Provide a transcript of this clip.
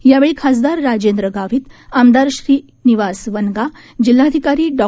यावेळी खासदार राजेंद्र गावित आमदार श्रीनिवास वनगा जिल्हाधिकारी डॉ